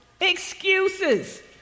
Excuses